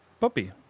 Puppy